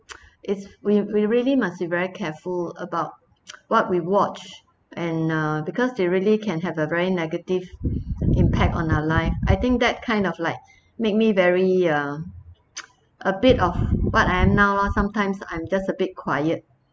it's we we really must be very careful about what we watch and uh because they really can have a very negative impact on our life I think that kind of like make me very uh a bit of what I am now lor sometimes I'm just a bit quiet